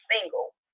single